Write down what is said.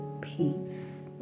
peace